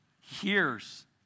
hears